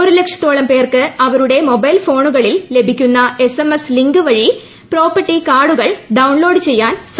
ഒരു ലക്ഷത്തോളം പേർക്ക് അവരുടെ മൊബൈൽ ഫോണുകളിൽ ലഭിക്കുന്ന എസ്എംഎസ് ലിങ്ക് വഴി പ്രോപ്പർട്ടി കാർഡുകൾ ഡൌൺലോഡ് ചെയ്യാൻ കഴിയും